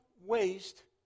waste